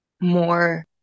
more